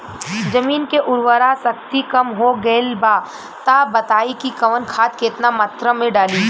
जमीन के उर्वारा शक्ति कम हो गेल बा तऽ बताईं कि कवन खाद केतना मत्रा में डालि?